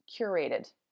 curated